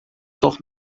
doch